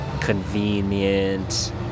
convenient